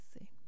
see